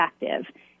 effective